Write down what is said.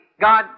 God